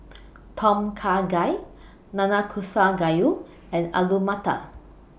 Tom Kha Gai Nanakusa Gayu and Alu Matar